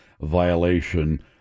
violation